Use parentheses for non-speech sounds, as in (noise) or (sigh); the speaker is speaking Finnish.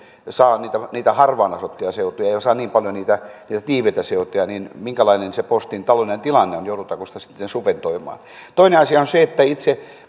saa nyt niitä harvaan asuttuja seutuja ei saa niin paljon niitä tiiviitä seutuja niin minkälainen se postin taloudellinen tilanne on joudutaanko sitä sitten subventoimaan toinen asia on se että itse (unintelligible)